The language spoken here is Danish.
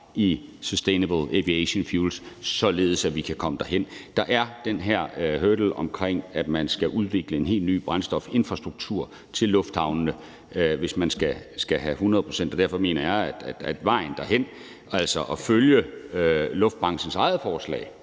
i sustainable aviation fuels, således at vi kan komme derhen. Der er den her hurdle omkring, at man skal udvikle en helt ny brændstofinfrastruktur til lufthavnene, hvis man skal have 100 pct., og derfor mener jeg, at vejen derhen er at følge luftfartens eget forslag